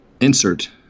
insert